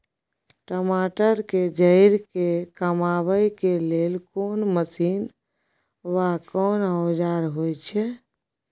टमाटर के जईर के कमबै के लेल कोन मसीन व औजार होय छै?